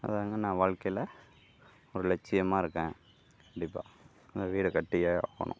அதுதாங்க நான் வாழ்க்கையில் ஒரு லட்சியமாக இருக்கேன் கண்டிப்பாக நான் வீடு கட்டியே ஆகணும்